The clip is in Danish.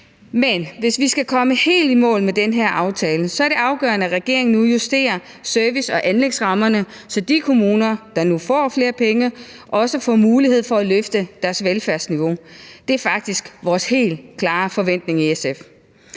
Men hvis vi skal komme helt i mål med den her aftale, er det afgørende, at regeringen nu justerer service- og anlægsrammerne, så de kommuner, der nu får flere penge, også får mulighed for at løfte deres velfærdsniveau. Det er faktisk vores helt klare forventning i SF.